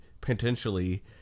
potentially